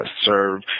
serve